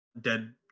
Dead